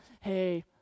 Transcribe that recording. hey